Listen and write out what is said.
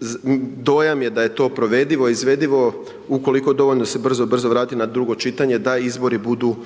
prijedloga dojam je da je to provedivo, izvodivo, ukoliko dovoljno se brzo brzo vrati na drugo čitanje, da izbori budu